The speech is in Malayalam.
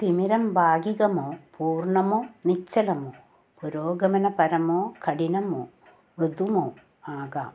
തിമിരം ഭാഗികമോ പൂർണ്ണമോ നിശ്ചലമോ പുരോഗമനപരമോ കഠിനമോ മൃദുമോ ആകാം